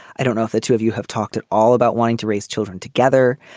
i don't know if the two of you have talked at all about wanting to raise children together.